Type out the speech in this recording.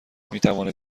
میتوانید